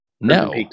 No